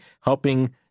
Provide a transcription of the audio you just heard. helping